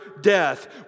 death